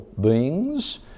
beings